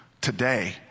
today